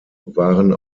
waren